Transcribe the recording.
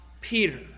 Peter